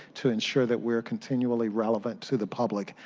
to ensure that we are continually relevant to the public,